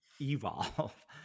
Evolve